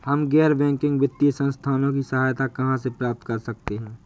हम गैर बैंकिंग वित्तीय संस्थानों की सहायता कहाँ से प्राप्त कर सकते हैं?